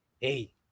Hey